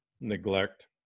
neglect